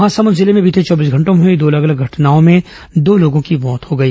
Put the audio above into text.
महासमुद जिले में बीते चौबीस घंटों में हुई दो अलग अलग घटनाओं में दो लोगों की मौत हो गई